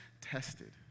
tested